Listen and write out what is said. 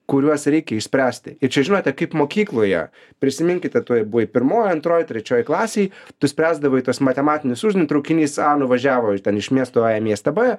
kuriuos reikia išspręsti ir čia žinote kaip mokykloje prisiminkite toj buvai pirmoj antroj trečioj klasėj tu spręsdavai tuos matematinius uždavin traukinys nuvažiavo iš ten iš miesto a į miestą b